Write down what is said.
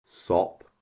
sop